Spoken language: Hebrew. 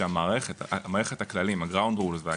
שמערכת הכללים ה- Grand Rules (חוקים